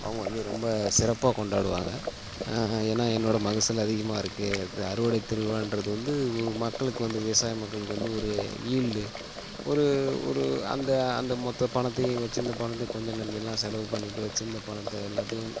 அவங்க வந்து ரொம்ப சிறப்பாக கொண்டாடுவாங்கள் ஏன்னா என்னோட மகசூல் அதிகமாக இருக்குது அறுவடைத் திருவிழான்றது வந்து ஒரு மக்களுக்கு வந்து விவசாய மக்களுக்கு வந்து ஒரு ஈல்டு ஒரு ஒரு அந்த அந்த மொத்த பணத்தையும் வச்சிருந்த பணத்தையும் கொஞ்ச நஞ்சல்லாம் செலவு பண்ணிட்டு வச்சிருந்த பணத்தை எல்லாத்தையும்